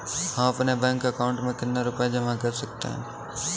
हम अपने bank account में कितने रुपये जमा कर सकते हैं?